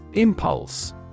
Impulse